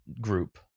group